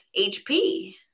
HP